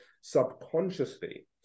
Subconsciously